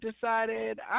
decided